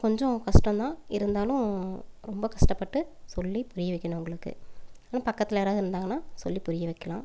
அது கொஞ்சம் கஷ்டந்தான் இருந்தாலும் ரொம்ப கஷ்டப்பட்டு சொல்லி புரிய வைக்கணும் அவர்களுக்கு இன்னும் பக்கத்தில் யாராவது இருந்தாங்கன்னால் சொல்லி புரிய வைக்கலாம்